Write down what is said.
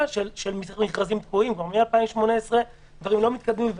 של מכרזים תקועים ומ-2018 דברים לא מתקדמים.